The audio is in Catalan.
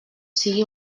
sigui